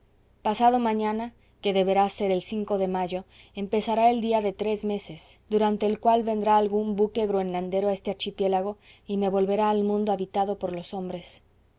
pasado mañana que deberá ser el de mayo empezará el día de tres meses durante el cual vendrá algún buque groenlandero a este archipiélago y me volverá al mundo habitado por los hombres